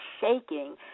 shaking